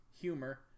humor